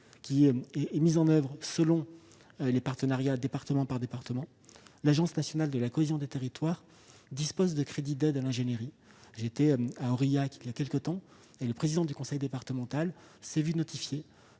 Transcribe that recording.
est mise en oeuvre selon les partenariats département par département, l'Agence nationale de la cohésion des territoires dispose de crédits d'aide à l'ingénierie. J'étais à Aurillac voilà quelque temps. Le président du conseil départemental s'est vu notifier